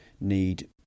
need